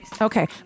okay